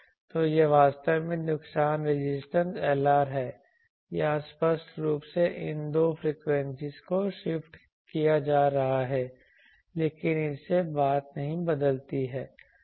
तो यह वास्तव में नुकसान रेजिस्टेंस Lr है यहाँ स्पष्ट रूप से इन दो फ्रीक्वेंसीज़ को शिफ्ट किया जा रहा है लेकिन इससे बात नहीं बदलती है